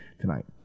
tonight